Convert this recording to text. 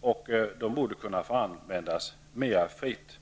och de borde kunna få användas mera fritt.